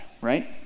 right